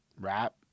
rap